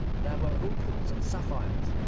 there were opals and sapphires,